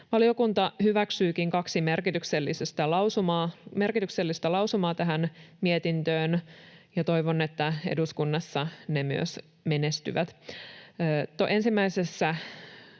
Valiokunta hyväksyikin kaksi merkityksellistä lausumaa tähän mietintöön, ja toivon, että eduskunnassa ne myös menestyvät.